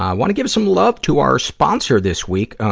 um wanna give some love to our sponsor this week, um,